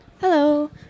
Hello